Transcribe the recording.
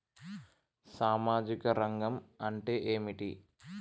సామాజిక రంగం అంటే ఏమిటి?